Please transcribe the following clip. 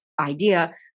idea